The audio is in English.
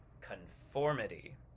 conformity